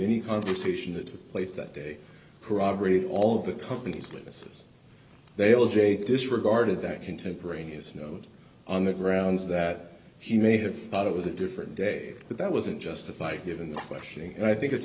any conversation that took place that day corroborated all of the companies witnesses they all j disregarded that contemporaneous notes on the grounds that he may have thought it was a different day the that wasn't justified given the question and i think it's